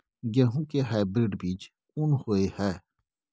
गेहूं के हाइब्रिड बीज कोन होय है?